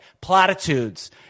platitudes